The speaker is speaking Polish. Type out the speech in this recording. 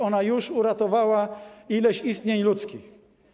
Ona już uratowała ileś istnień ludzkich.